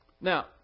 Now